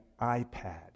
iPad